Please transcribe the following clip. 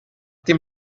dem